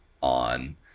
on